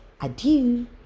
Adieu